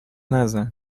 نزن